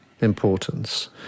importance